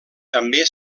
també